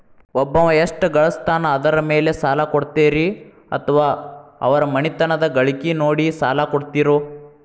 ಒಬ್ಬವ ಎಷ್ಟ ಗಳಿಸ್ತಾನ ಅದರ ಮೇಲೆ ಸಾಲ ಕೊಡ್ತೇರಿ ಅಥವಾ ಅವರ ಮನಿತನದ ಗಳಿಕಿ ನೋಡಿ ಸಾಲ ಕೊಡ್ತಿರೋ?